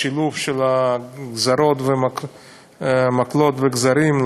בשילוב של מקלות וגזרים,